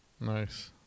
Nice